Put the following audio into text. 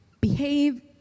behave